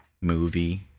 movie